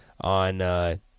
on –